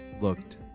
looked